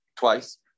Twice